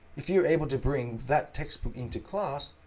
if you are able to bring that textbook in to class,